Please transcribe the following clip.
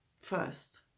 first